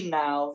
now